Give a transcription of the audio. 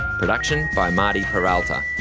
production by marty peralta,